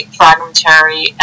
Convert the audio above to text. fragmentary